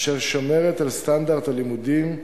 אשר שומרת על סטנדרט הלימודים,